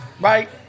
Right